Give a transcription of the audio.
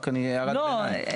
רק הערת ביניים,